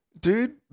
dude